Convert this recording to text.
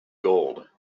gold